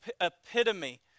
epitome